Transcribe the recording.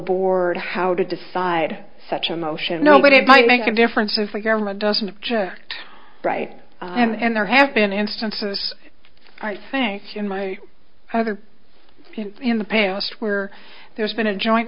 board how to decide such a motion no but it might make a difference if the government doesn't right and there have been instances i think in my other in the past where there's been a joint